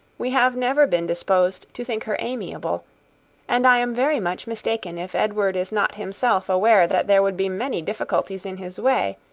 we have never been disposed to think her amiable and i am very much mistaken if edward is not himself aware that there would be many difficulties in his way,